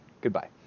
goodbye